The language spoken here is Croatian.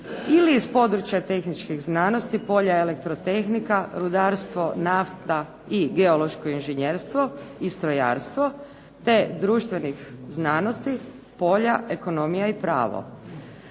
ili u području tehničkih znanosti, polja elektrotehnika, rudarstvo, nafta i geološko inženjerstvo i strojarstvo, te društvenih znanosti, polja ekonomija i pravo.